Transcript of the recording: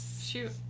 Shoot